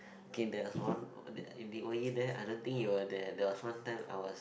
K there's one were you there I don't think you were there there was one time I was